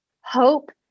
Hope